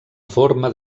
forma